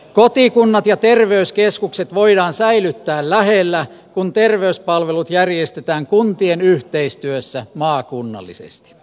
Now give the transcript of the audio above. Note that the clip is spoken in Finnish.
kotikunnat ja terveyskeskukset voidaan säilyttää lähellä kun terveyspalvelut järjestetään kuntien yhteistyössä maakunnallisesti